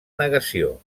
negació